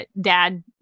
dad